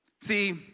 See